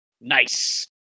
Nice